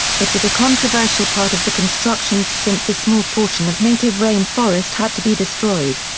it was a controversial part of the constructions since a small portion of native rain forest had to be destroyed.